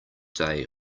day